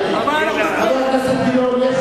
חבר הכנסת גילאון,